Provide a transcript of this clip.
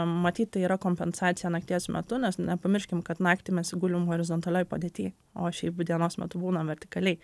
matyt tai yra kompensacija nakties metu nes nepamirškim kad naktį mes gulim horizontalioj padėty o šiaip dienos metu būnam vertikaliai